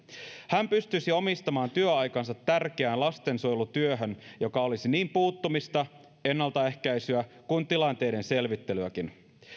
hän pystyisi omistamaan työaikansa tärkeään lastensuojelutyöhön joka olisi niin puuttumista ennaltaehkäisyä kuin tilanteiden selvittelyäkin